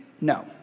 No